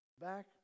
Back